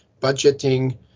budgeting